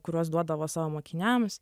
kuriuos duodavo savo mokiniams